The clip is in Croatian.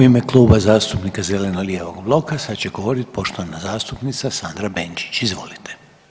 U ime Kluba zastupnika zeleno-lijevog bloka sad će govorit poštovana zastupnica Sandra Benčić, izvolite.